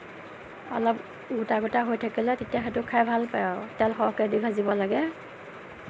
অলপ গোটা গোটা হৈ থাকিলে তেতিয়া সেইটো খাই ভাল পায় আৰু তেল সৰহকে দি ভাজিব লাগে